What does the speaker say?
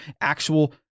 actual